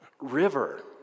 river